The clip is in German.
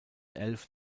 elf